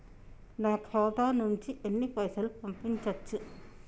నా ఖాతా నుంచి ఎన్ని పైసలు పంపించచ్చు?